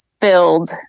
filled